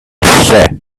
say